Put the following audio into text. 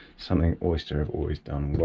something oyster have always done